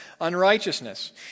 unrighteousness